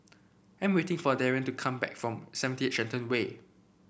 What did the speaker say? I am waiting for Darrien to come back from seventy eight Shenton Way